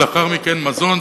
ולאחר מכן "מזון",